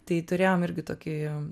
tai turėjom irgi tokį